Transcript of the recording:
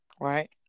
right